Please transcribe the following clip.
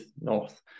north